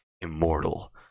immortal